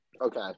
Okay